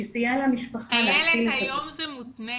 שיסייע למשפחה להתחיל --- איילת היום זה מותנה